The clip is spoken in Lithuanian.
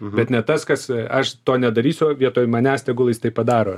bet ne tas kas aš to nedarysiu vietoj manęs tegul jis tai padaro